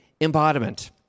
embodiment